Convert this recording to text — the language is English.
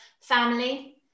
family